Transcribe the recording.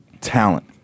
Talent